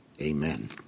Amen